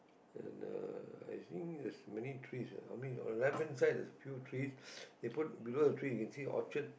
and uh I think there's many trees uh how many uh left hand side there's a few trees they put below the trees you can see Orchard